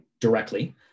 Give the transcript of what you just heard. directly